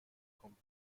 kommt